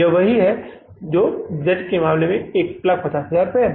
यह वही है जो Z Ltd के मामले में 150000 है